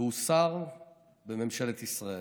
והוא שר בממשלת ישראל.